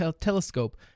Telescope